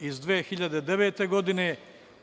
iz 2009. godine i